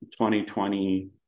2020